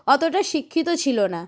অতোটা শিক্ষিত ছিলো না